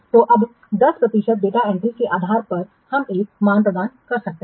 तो उस 10 प्रतिशत डेटा एंट्री के आधार पर हम एक मान प्रदान कर सकते हैं